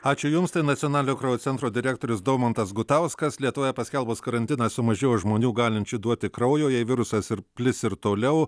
ačiū jums tai nacionalinio kraujo centro direktorius daumantas gutauskas lietuvoje paskelbus karantiną sumažėjo žmonių galinčių duoti kraujo jei virusas ir plis ir toliau